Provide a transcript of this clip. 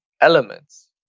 elements